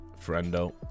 friendo